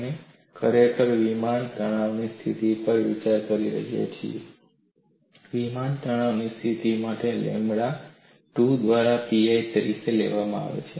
અમે ખરેખર વિમાન તણાવની સ્થિતિ પર વિચાર કરી રહ્યા છીએ અને વિમાન તણાવની સ્થિતિ માટે લેમ્બડાને 2 દ્વારા pi તરીકે લેવામાં આવે છે